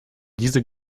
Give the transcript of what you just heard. diese